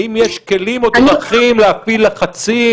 האם יש כלים או דרכים להפעיל לחצים?